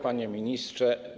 Panie Ministrze!